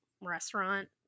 restaurant